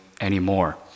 anymore